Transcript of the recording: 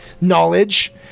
knowledge